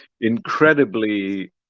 incredibly